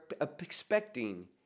expecting